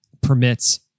permits